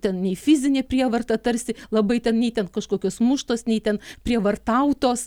ten nei fizinė prievarta tarsi labai ten nei ten kažkokios muštos nei ten prievartautos